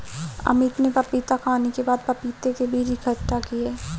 अमित ने पपीता खाने के बाद पपीता के बीज इकट्ठा किए